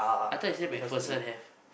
I thought you say MacPherson have